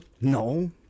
no